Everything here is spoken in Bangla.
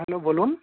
হ্যালো বলুন